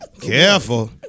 Careful